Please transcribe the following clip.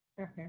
Okay